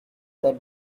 that